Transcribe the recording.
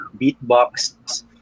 beatbox